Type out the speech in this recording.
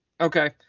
Okay